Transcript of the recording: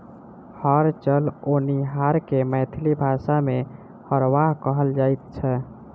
हर चलओनिहार के मैथिली भाषा मे हरवाह कहल जाइत छै